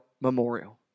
memorial